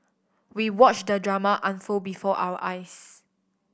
we watched the drama unfold before our eyes